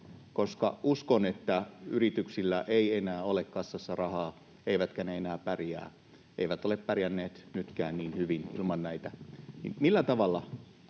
nyt? Uskon, että yrityksillä ei enää ole kassassa rahaa eivätkä ne enää pärjää — eivät ole pärjänneet nytkään niin hyvin — ilman näitä. Millä tavalla